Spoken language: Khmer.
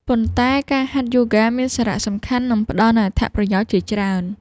ប៉ុន្តែការហាត់យូហ្គា មានសារៈសំខាន់ និងផ្ដល់នូវអត្ថប្រយោជន៍ជាច្រើន។